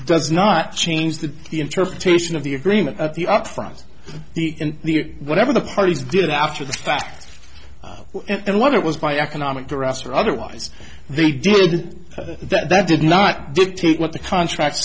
does not change the interpretation of the agreement at the upfront whatever the parties did after the fact and what it was by economic or us or otherwise they did that did not dictate what the contract